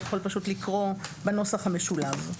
יכול פשוט לקרוא בנוסח המשולב.